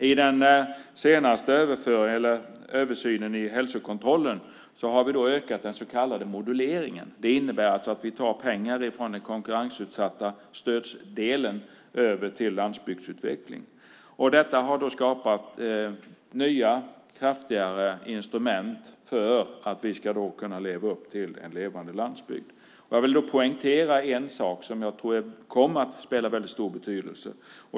I den senaste översynen när det gäller hälsokontrollen har vi ökat den så kallade moduleringen. Det innebär alltså att vi tar pengar från den konkurrensutsatta stöddelen till landsbygdsutveckling. Detta har skapat nya kraftigare instrument för att vi ska kunna leva upp till en levande landsbygd. Jag vill då poängtera en sak som jag tror kommer att ha en väldigt stor betydelse.